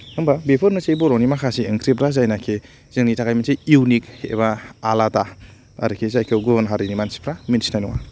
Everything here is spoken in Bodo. होमबा बेफोरनोसै बर'नि माखासे ओंख्रिफ्रा जायनाखि जोंनि थाखाय मोनसे इउनिक एबा आलादा आरोखि जायखौ गुबुन हारिनि मानसिफ्रा मिन्थिनाय नङा